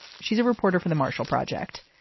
she's a reporter for the marshall project.